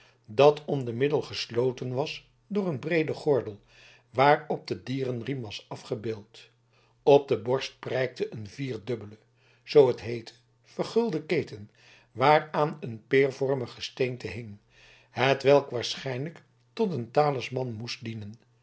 dat om de middel gesloten was door een breeden gordel waarop de dierenriem was afgebeeld om de borst prijkte een vierdubbele zoo t heette vergulde keten waaraan een peervormig gesteente hing hetwelk waarschijnlijk tot een talisman moest dienen